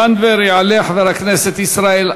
יעלה חבר הכנסת ישראל אייכלר,